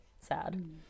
sad